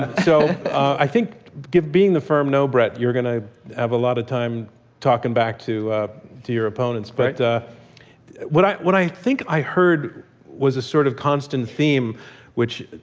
so, i think, being the firm no, brett, you're going to have a lot of time talking back to ah to your opponents. but what i what i think i heard was a sort of constant theme which